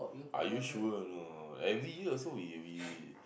are you sure or not every year also we we